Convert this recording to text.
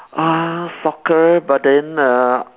uh soccer but then err